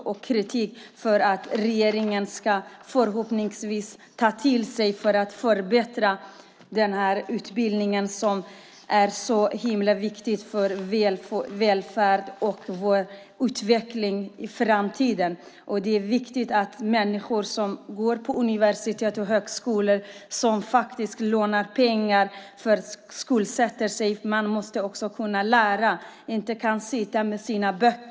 Förhoppningsvis tar regeringen till sig kritiken och förbättrar utbildningen som är viktig för vår välfärd och framtida utveckling. Det är viktigt att människor som går på universitet och högskolor och skuldsätter sig för att kunna göra det lär sig ordentligt.